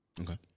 Okay